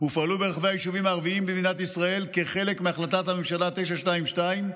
ופעלו ביישובים הערביים במדינת ישראל כחלק מהחלטת הממשלה 922,